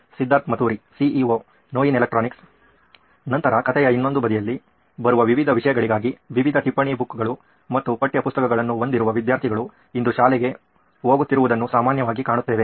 Siddharth Maturi CEO ನೋಯಿನ್ electronics ನಂತರ ಕಥೆಯ ಇನ್ನೊಂದು ಬದಿಯಲ್ಲಿ ಬರುವ ವಿವಿಧ ವಿಷಯಗಳಿಗಾಗಿ ವಿವಿಧ ಟಿಪ್ಪಣಿಬುಕ್ ಗಳು ಮತ್ತು ಪಠ್ಯಪುಸ್ತಕಗಳನ್ನು ಹೊಂದಿರುವ ವಿದ್ಯಾರ್ಥಿಗಳು ಇಂದು ಶಾಲೆಗೆ ಹೋಗುತ್ತಿರುವುದನ್ನು ಸಮಾನ್ಯವಾಗಿ ಕಾಣುತ್ತೇವೆ